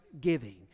giving